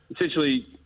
essentially